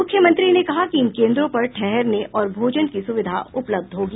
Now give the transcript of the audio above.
मुख्यमंत्री ने कहा कि इन केंद्रों पर ठहरने और भोजन की सुविधा उपलब्ध होगी